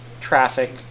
traffic